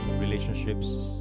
relationships